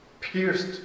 pierced